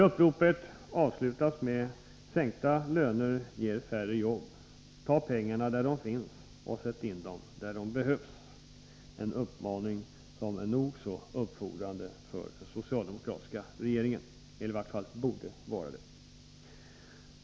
Uppropet avslutas med: ”Sänkta reallöner ger färre jobb! Ta pengarna där dom finns och sätt in dom där de behövs!” — en uppmaning som är nog så uppfordrande för den socialdemokratiska regeringen, eller i vart fall borde vara det.